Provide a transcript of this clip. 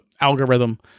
algorithm